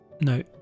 no